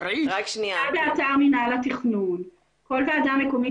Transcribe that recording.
כל ועדה מקומית,